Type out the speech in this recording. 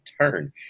turn